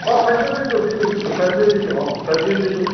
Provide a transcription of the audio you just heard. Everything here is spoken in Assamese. অঁ ফ্রেঞ্চবিন দিছো দিছো দিছো ফ্রেঞ্চবিন দিছো অঁ ফ্রেঞ্চবিন দিছো